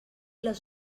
les